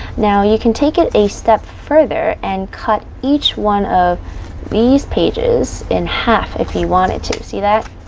now you can take it a step further, and cut each one a these pages in half, if you wanted to. see that?